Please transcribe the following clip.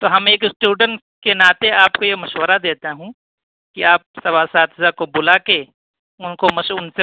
تو ہم ایک اسٹوڈنٹ کے ناتے آپ کو یہ مشورہ دیتا ہوں کہ آپ سب اساتذہ کو بلا کے ان کو ان سے